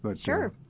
Sure